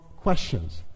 questions